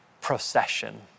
procession